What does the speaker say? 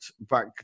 back